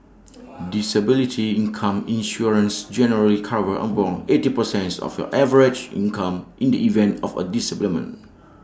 disability income insurance generally covers eighty percents of your average income in the event of A disablement